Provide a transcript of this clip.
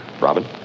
Robin